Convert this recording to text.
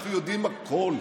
אנחנו יודעים הכול.